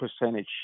percentage